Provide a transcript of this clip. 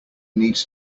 needs